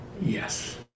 yes